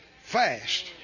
fast